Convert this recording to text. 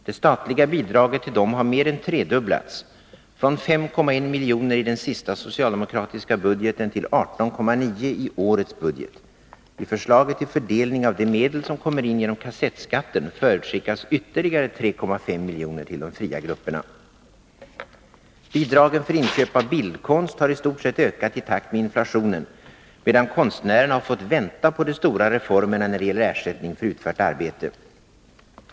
Det statliga bidraget till dem har mer än tredubblats, från 5,1 milj.kr. i den senaste socialdemokratiska budgeten till 18,9 milj.kr. i årets budget. I förslaget till fördelning av de medel som kommer in genom kassettskatten förutskickas ytterligare 3,5 milj.kr. till de fria grupperna. Bidragen för inköp av bildkonst har i stort sett ökat i takt med inflationen, medan konstnärerna har fått vänta på de stora reformerna när det gäller ersättning för utfört arbete.